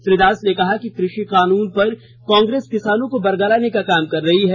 श्री दास ने कहा कि कृषि कानून पर कॉंग्रेस किसानों को बरगलाने का काम कर रही हैं